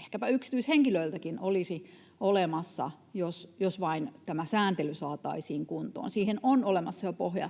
ehkäpä yksityishenkilöiltäkin olisi olemassa, jos vain tämä sääntely saataisiin kuntoon. Siihen on olemassa jo pohja